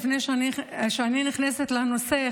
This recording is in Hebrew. לפני שאני נכנסת לנושא,